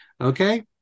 Okay